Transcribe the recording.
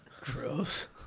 Gross